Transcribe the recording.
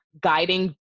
guiding